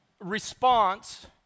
response